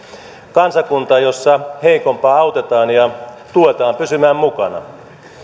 kansakunta jossa heikompaa autetaan ja tuetaan pysymään mukana